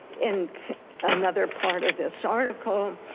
in another part of this article,